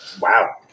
Wow